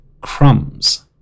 crumbs